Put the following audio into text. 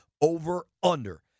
Over/Under